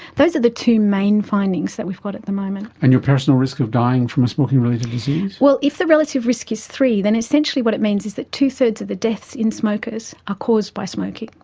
those are the two main findings that we've got at the moment. and your personal risk of dying from a smoking-related disease? well, if the relative risk is three then essentially what it means is that two-thirds of the deaths in smokers are caused by smoking.